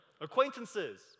Acquaintances